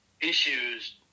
issues –